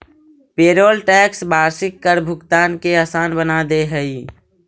payroll tax वार्षिक कर भुगतान के असान बना दे हई